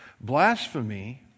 Blasphemy